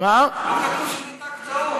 לא כתוב שזה,